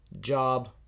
job